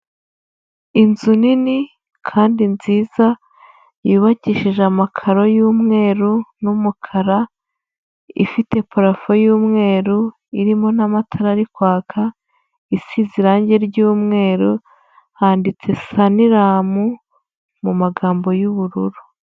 Inzu nini kandi nziza yubakishije amakaro y'umweru n'umukara, ifite parafo y'umweru irimo n'amatara ari kwaka, isize irange ry'umweru, handitse Sanilamu mu magambo y'ubururu.